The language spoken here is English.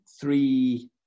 three